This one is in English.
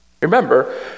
Remember